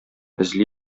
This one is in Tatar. эзли